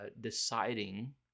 deciding